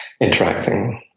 interacting